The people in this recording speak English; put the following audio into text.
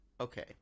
okay